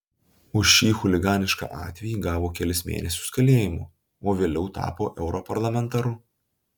už šį chuliganišką atvejį gavo kelis mėnesius kalėjimo o vėliau tapo europarlamentaru